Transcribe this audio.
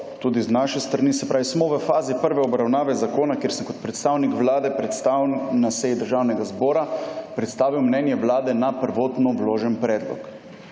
tudi z naše strani. Smo v fazi prve obravnave zakona, kjer sem kot predstavnik Vlade na seji Državnega zbora predstavil mnenje Vlade na prvotno vložen predlog.